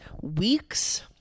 Weeks